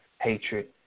hatred